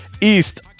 East